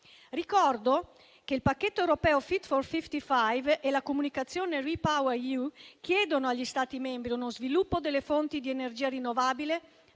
Ricordo che il pacchetto europeo Fit for 55 e la comunicazione REPower EU chiedono agli Stati membri uno sviluppo delle fonti di energia rinnovabile